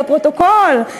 לפרוטוקול,